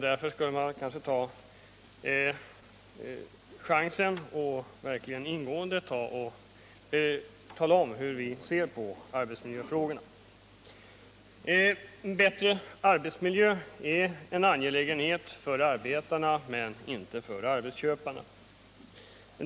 Därför skulle man kanske ta chansen att verkligen ingående tala om hur vi ser på arbetsmiljöfrågorna Bättre arbetsmiljö är en angelägenhet för arbetarna men inte för arbetsköparna.